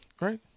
Right